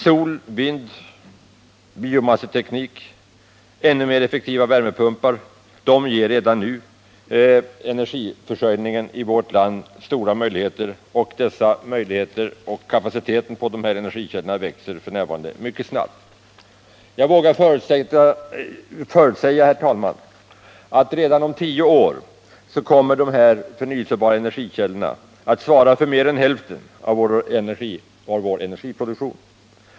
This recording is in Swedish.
Sol, vind, biomasseteknik, ännu mer effektiva värmepumpar ger redan nu energiförsörjningen i vårt land stora möjligheter, och kapaciteten när det gäller dessa energikällor växer f. n. mycket snabbt. Jag vågar förutsäga, herr talman, att redan om tio år kommer dessa förnyelsebara energikällor att svara för mer än hälften av vår energiproduktion.